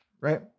Right